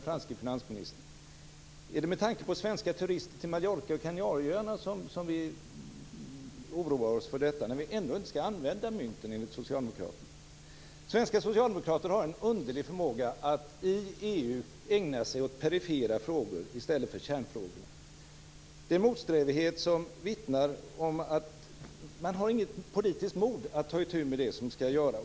Är det med tanke på svenska turister på Mallorca och Kanarieöarna som vi oroar oss för detta, när vi ändå enligt socialdemokraterna inte skall använda mynten? Svenska socialdemokrater har en underlig förmåga att i EU ägna sig åt perifera frågor i stället för kärnfrågor. Det är en motsträvighet som vittnar om att man inte har något politiskt mod att ta itu med det som skall göras.